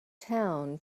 town